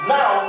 Now